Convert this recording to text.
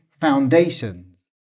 foundations